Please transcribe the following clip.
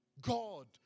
God